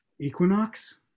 equinox